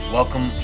welcome